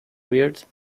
weird